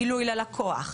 גילוי ללקוח,